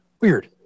Weird